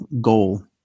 goal